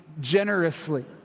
generously